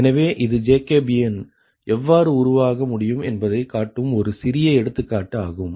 எனவே இது ஜேகோபியன் எவ்வாறு உருவாக முடியும் என்பதைக் காட்டும் ஒரு சிறிய எடுத்துக்காட்டு ஆகும்